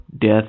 death